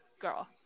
girl